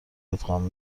ادغام